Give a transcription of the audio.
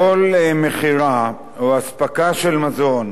מכירה או אספקה של מזון